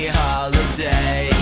holiday